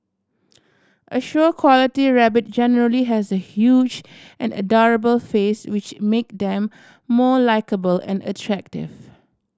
a show quality rabbit generally has a huge and adorable face which make them more likeable and attractive